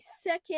second